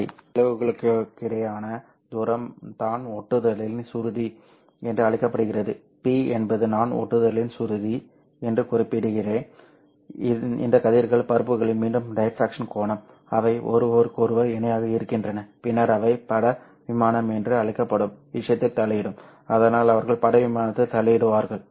இரண்டு பிளவுகளுக்கிடையேயான தூரம் தான் ஒட்டுதலின் சுருதி என்று அழைக்கப்படுகிறது P என்பது நான் ஒட்டுதலின் சுருதி என்று குறிப்பிடுகிறேன் இந்த கதிர்கள் பரப்புகையில் மீண்டும் டிஃப்ராஃப்ரக்ஷன் கோணம் அவை ஒருவருக்கொருவர் இணையாக இருக்கின்றன பின்னர் அவை பட விமானம் என்று அழைக்கப்படும் விஷயத்தில் தலையிடும் அதனால் அவர்கள் பட விமானத்தில் தலையிடுவார்கள்